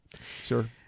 sure